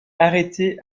arrêtée